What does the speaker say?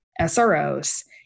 SROs